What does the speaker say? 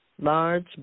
large